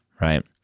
right